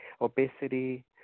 obesity